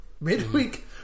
Midweek